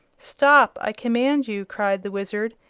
stop, i command you! cried the wizard,